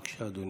בבקשה, אדוני.